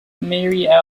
marie